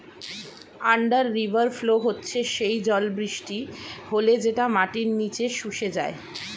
under river flow হচ্ছে সেই জল বৃষ্টি হলে যেটা মাটির নিচে শুষে যায়